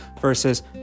versus